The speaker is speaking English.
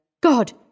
God